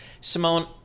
Simone